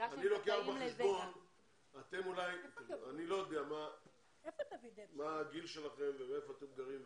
לא יודע מה הגיל שלכם והיכן אתם גרים.